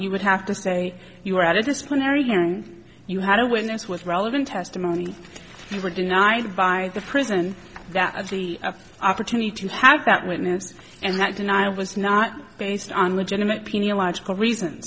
you would have to say you were at a disciplinary hearing you had a witness with relevant testimony you were denied by the prison that the opportunity to have that witness and not deny was not based on legitimate pea logical reason